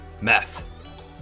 Meth